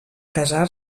casar